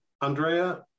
Andrea